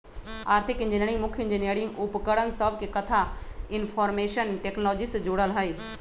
आर्थिक इंजीनियरिंग मुख्य इंजीनियरिंग उपकरण सभके कथा इनफार्मेशन टेक्नोलॉजी से जोड़ल हइ